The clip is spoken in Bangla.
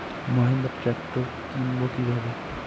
মাহিন্দ্রা ট্র্যাক্টর কিনবো কি ভাবে?